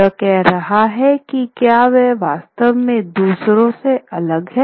यह कह रहा है कि क्या वह वास्तव में दूसरों से अलग है